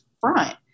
front